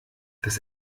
das